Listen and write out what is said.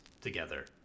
together